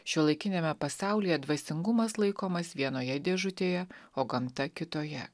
šiuolaikiniame pasaulyje dvasingumas laikomas vienoje dėžutėje o gamta kitoje